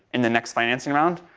in the next financial round,